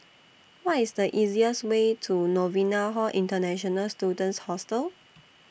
Why IS The easiest Way to Novena Hall International Students Hostel